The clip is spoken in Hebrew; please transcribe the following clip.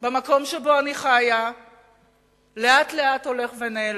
במקום שבו אני חיה לאט-לאט הולך ונעלם.